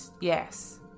yes